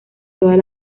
todas